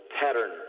pattern